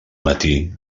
matí